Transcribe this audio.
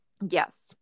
Yes